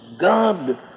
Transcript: God